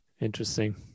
interesting